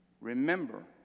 Remember